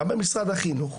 משרד החינוך,